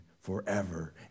forever